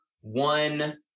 one